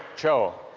joe,